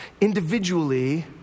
individually